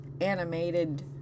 animated